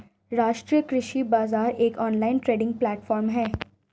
राष्ट्रीय कृषि बाजार एक ऑनलाइन ट्रेडिंग प्लेटफॉर्म है